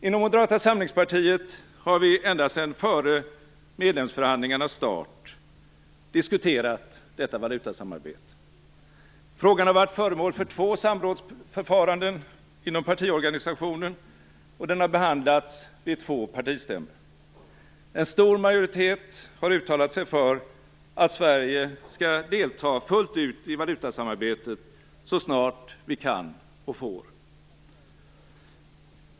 Inom Moderata samlingspartiet har vi ända sedan före medlemsförhandlingarnas start diskuterat valutasamarbetet. Frågan har varit föremål för två samrådsförfaranden inom partiorganisationen, och den har behandlats vid två partistämmor. En stor majoritet har uttalat sig för att Sverige skall delta fullt ut i valutasamarbetet så snart vi kan och får.